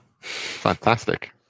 Fantastic